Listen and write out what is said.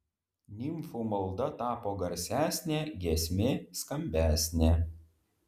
nimfų malda tapo garsesnė giesmė skambesnė